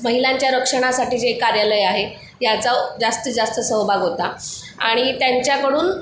महिलांच्या रक्षणासाठी जे कार्यालय आहे याचा जास्तीत जास्त सहभाग होता आणि त्यांच्याकडून